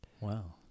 Wow